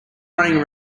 running